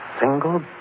single